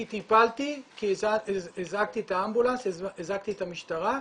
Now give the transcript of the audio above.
כי טיפלתי, כי הזעקתי את האמבולנס, הזעקתי משטרה.